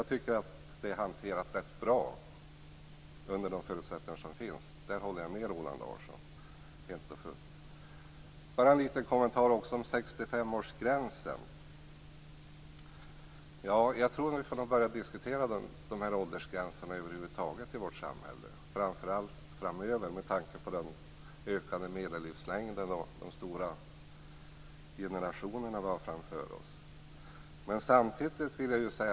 Jag tycker att frågan har hanterats rätt bra under de förutsättningar som finns. Där håller jag med Roland Larsson helt och fullt. Sedan har jag en kommentar om 65-årsgränsen. Vi får nog börja diskutera åldersgränserna över huvud taget i vårt samhälle med tanke på den ökande medellivslängden och de stora årskullarna som nu växer upp.